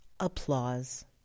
Applause